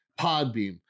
podbeam